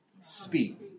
Speak